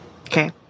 okay